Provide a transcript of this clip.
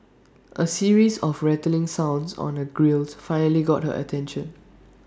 A series of rattling sounds on her grilles finally got her attention